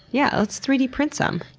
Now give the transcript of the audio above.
yeah, let's three d print some.